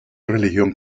religión